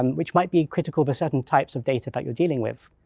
um which might be critical for certain types of data that you're dealing with.